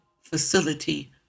facility